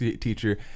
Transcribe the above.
teacher